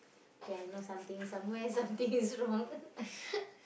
K I know something somewhere something is wrong